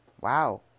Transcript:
wow